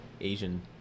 Asian